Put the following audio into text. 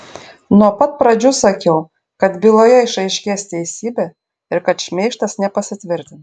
nuo pat pradžių sakiau kad byloje išaiškės teisybė ir kad šmeižtas nepasitvirtins